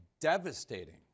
devastating